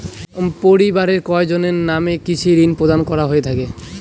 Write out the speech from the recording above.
পরিবারের কয়জনের নামে কৃষি ঋণ প্রদান করা হয়ে থাকে?